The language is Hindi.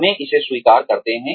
हमें इसे स्वीकार करते हैं